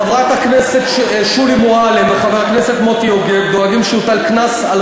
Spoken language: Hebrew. חברת הכנסת שולי מועלם וחבר הכנסת מוטי יוגב דואגים שיוטל קנס על